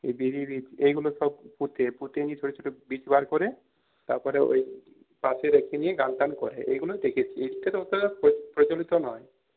এই বিড়ি বীজ এইগুলো সব পুঁতে পুঁতে ওই ছোটো ছোটো বীজ বার করে তারপরে ওই পাশে রেখে নিয়ে গানটান করে এইগুলো দেখেছি এর থেকে অতটা প্রচলিত নয়